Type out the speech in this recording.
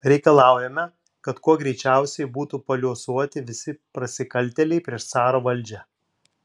reikalaujame kad kuo greičiausiai būtų paliuosuoti visi prasikaltėliai prieš caro valdžią